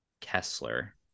Kessler